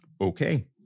okay